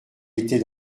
était